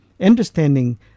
understanding